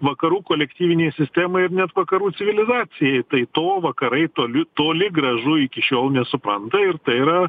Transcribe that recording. vakarų kolektyvinei sistemai ir net vakarų civilizacijai tai to vakarai toli toli gražu iki šiol nesupranta ir tai yra